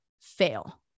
fail